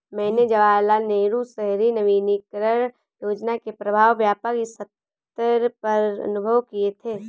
मैंने जवाहरलाल नेहरू शहरी नवीनकरण योजना के प्रभाव व्यापक सत्तर पर अनुभव किये थे